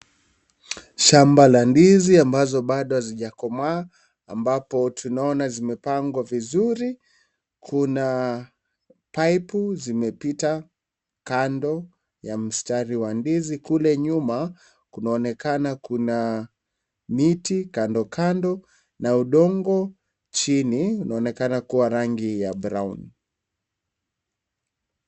Shamba la ndizi ambazo bado hazijakomaa, ambapo tunaona zimepangwa vizuri, kunaa, paipu, zimepita kando, ya mstari wa ndizi kule nyuma, kunaonekana kuna miti, kando kando, na udongo chini, unaonekana kuwa rangi ya (cs)brown(cs).